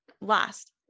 last